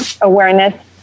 awareness